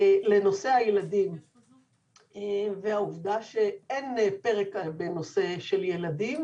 לנושא הילדים והעובדה שאין פרק בנושא של ילדים,